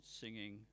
singing